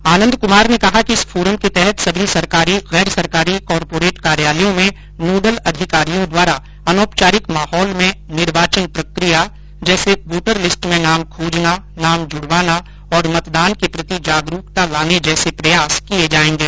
आनंद कुमार ने कहा कि इस फोरम के तहत सभी सरकारी गैर सरकारी कॉर्पोरेट कार्यालयों में नोडल अधिकारियों द्वारा अनौपचारिक माहौल में निर्वाचन प्रक्रिया जैसे वोटर लिस्ट में नाम खोजना नाम जुड़वाना और मतदान के प्रति जागरूकता लाने जैसे प्रयास किए जाएंगे